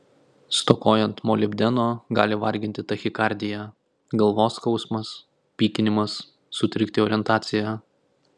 stokojant molibdeno gali varginti tachikardija galvos skausmas pykinimas sutrikti orientacija